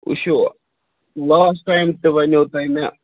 وُچھِو last time تہِ وَنِیو تۄہہِ مےٚ